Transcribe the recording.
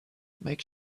make